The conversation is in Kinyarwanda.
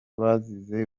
basize